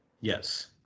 Yes